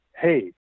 Hey